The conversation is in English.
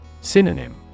Synonym